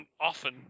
often